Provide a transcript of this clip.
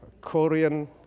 Korean